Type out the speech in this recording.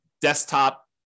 desktop